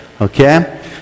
Okay